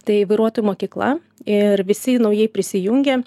tai vairuotojų mokykla ir visi naujai prisijungę